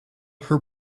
her